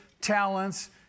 talents